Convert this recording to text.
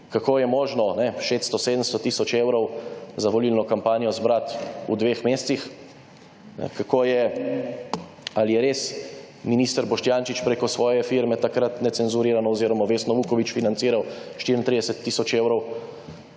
kako je možno 600, 700 tisoč evrov za volilno kampanjo zbrati v dveh mesecih. Kako je, ali je res minister Boštjančič preko svoje firme takrat Necenzurirano oziroma Vesno Ukovič financiral 34 tisoč evrov,